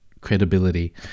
credibility